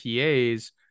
pas